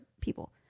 people